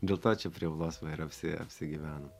dėl to čia prie ūlos va ir apsi apsigyvenom